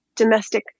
Domestic